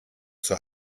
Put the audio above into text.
zur